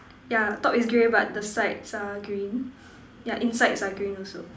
yeah top is grey but the sides are green yeah insides are green also